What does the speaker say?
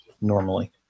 normally